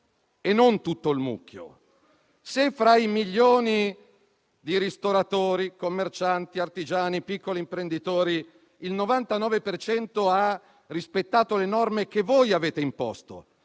e non tutto il mucchio. Se fra i milioni di ristoratori, commercianti, artigiani e piccoli imprenditori il 99 per cento ha rispettato le norme che avete imposto,